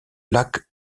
lac